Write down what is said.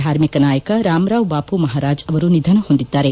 ಧಾರ್ಮಿಕ ನಾಯಕ ರಾಮ್ರಾವ್ ಬಾಮ ಮಹಾರಾಜ್ ಅವರು ನಿಧನ ಹೊಂದಿದ್ದಾರೆ